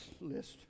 list